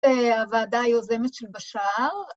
‫הוועדה היוזמת של בשער.